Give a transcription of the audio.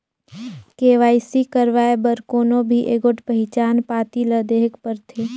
KYC करवाए बर कोनो भी एगोट पहिचान पाती ल देहेक परथे